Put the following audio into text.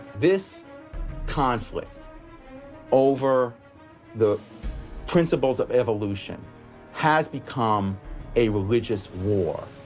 this conflict over the principles of evolution has become a religious war.